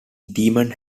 demon